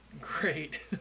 great